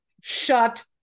Shut